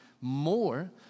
more